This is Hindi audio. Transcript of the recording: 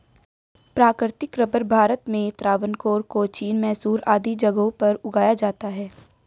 प्राकृतिक रबर भारत में त्रावणकोर, कोचीन, मैसूर आदि जगहों पर उगाया जाता है